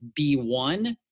B1